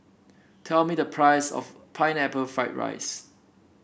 tell me the price of Pineapple Fried Rice